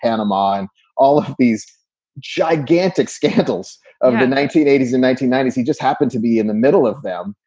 panama and all of these gigantic scandals of the nineteen eighty s and nineteen ninety s, he just happened to be in the middle of them.